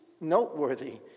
noteworthy